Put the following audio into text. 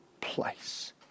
place